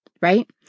right